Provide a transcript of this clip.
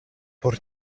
por